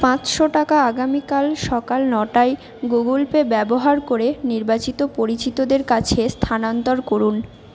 পাঁচশো টাকা আগামীকাল সকাল নটায় গুগুলপে ব্যবহার করে নির্বাচিত পরিচিতদের কাছে স্থানান্তর করুন